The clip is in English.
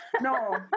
No